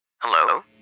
Hello